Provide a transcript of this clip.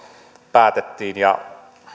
päätettiin ja